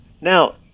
Now